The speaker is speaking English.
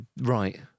right